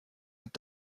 mit